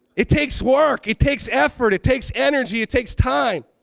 it takes work. it takes effort. it takes energy. it takes time.